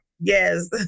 Yes